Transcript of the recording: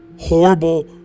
horrible